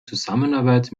zusammenarbeit